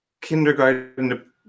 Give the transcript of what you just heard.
kindergarten